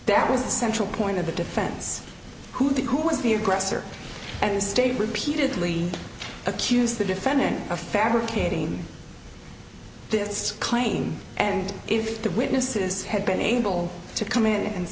that was the central point of the defense who the who was the aggressor and the state repeatedly accused the defendant of fabricating this claim and if the witnesses had been able to come in and